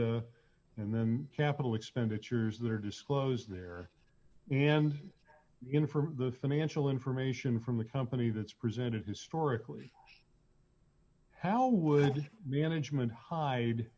bit and then capital expenditures that are disclose there and in from the financial information from a company that's presented historically how would management hide